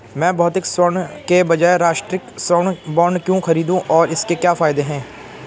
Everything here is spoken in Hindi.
मैं भौतिक स्वर्ण के बजाय राष्ट्रिक स्वर्ण बॉन्ड क्यों खरीदूं और इसके क्या फायदे हैं?